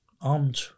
armed